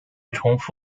重复